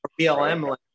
blm